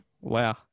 Wow